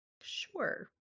Sure